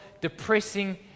depressing